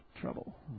trouble